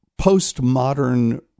postmodern